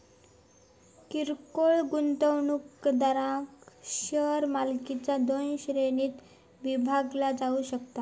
किरकोळ गुंतवणूकदारांक शेअर मालकीचा दोन श्रेणींत विभागला जाऊ शकता